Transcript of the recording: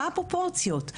מה הפרופורציות?